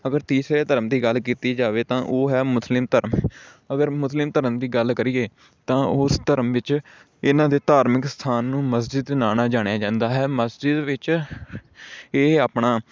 ਅਗਰ ਤੀਸਰੇ ਧਰਮ ਦੀ ਗੱਲ ਕੀਤੀ ਜਾਵੇ ਤਾਂ ਉਹ ਹੈ ਮੁਸਲਿਮ ਧਰਮ ਅਗਰ ਮੁਸਲਿਮ ਧਰਮ ਦੀ ਗੱਲ ਕਰੀਏ ਤਾਂ ਉਸ ਧਰਮ ਵਿੱਚ ਇਨ੍ਹਾਂ ਦੇ ਧਾਰਮਿਕ ਅਸਥਾਨ ਨੂੰ ਮਸਜਿਦ ਨਾਂ ਨਾਲ ਜਾਣਿਆ ਜਾਂਦਾ ਹੈ ਮਸਜਿਦ ਵਿੱਚ ਇਹ ਆਪਣਾ